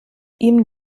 ihm